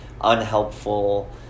unhelpful